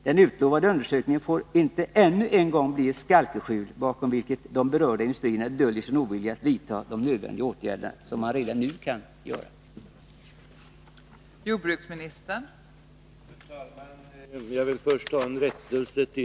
Den utlovade undersökningen får inte ännu en gång bli ett skalkeskjul, bakom vilket de berörda industrierna döljer sin ovilja att vidta de nödvändiga åtgärder, som man redan nu kan vidta.